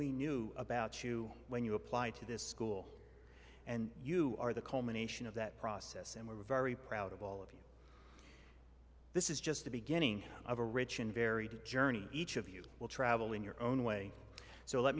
we knew about you when you applied to this school and you are the culmination of that process and we're very proud of all of you this is just the beginning of a rich and varied journey each of you will travel in your own way so let